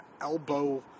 elbow